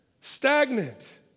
stagnant